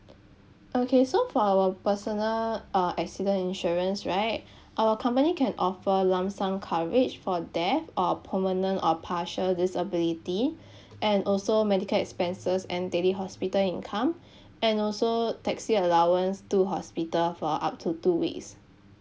okay so for our personal uh accident insurance right our company can offer lump sum coverage for death or permanent or partial disability and also medical expenses and daily hospital income and also taxi allowance to hospital for up to two weeks